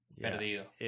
Perdido